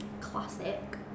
classic